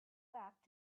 back